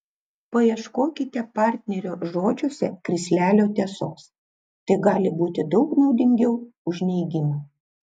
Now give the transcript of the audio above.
paieškokite partnerio žodžiuose krislelio tiesos tai gali būti daug naudingiau už neigimą